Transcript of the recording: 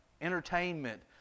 entertainment